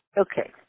Okay